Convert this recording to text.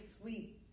sweet